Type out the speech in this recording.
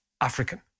African